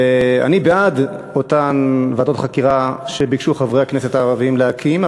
ואני בעד אותן ועדות חקירה שביקשו חברי הכנסת הערבים להקים.